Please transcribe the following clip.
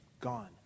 Gone